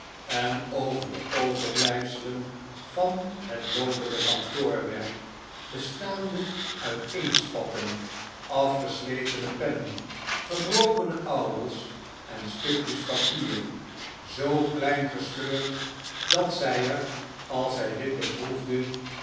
en over de overblijfselen van het loopende kantoorwerk bestaande uit inktspatten afgesletene pennen gebrokene ouwels en stukjes papier zoo klein gescheurd dat zij er als zij dit beproefde